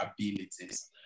abilities